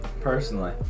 personally